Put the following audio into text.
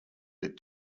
that